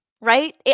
Right